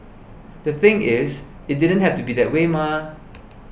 the thing is it didn't have to be that way mah